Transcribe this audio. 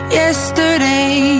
yesterday